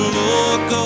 look